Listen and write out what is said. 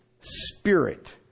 spirit